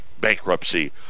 bankruptcy